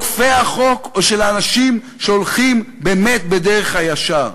של עוקפי החוק או של האנשים שהולכים באמת בדרך הישר,